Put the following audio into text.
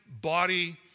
body